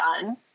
done